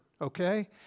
okay